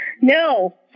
No